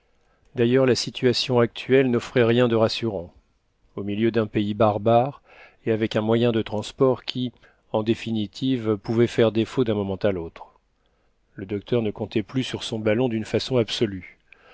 d'ailleurs la situation actuelle n'offrait rien de rassurant au milieu d'un pays barbare et avec un moyen de transport qui en définitive pouvait faire défaut d'un moment à l'autre le docteur ne comptait plus sur son ballon d'une façon absolue